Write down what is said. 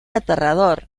aterrador